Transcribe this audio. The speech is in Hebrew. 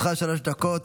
לרשותך שלוש דקות,